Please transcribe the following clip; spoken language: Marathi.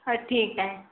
हां ठीक आहे